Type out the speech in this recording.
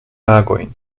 agojn